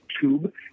tube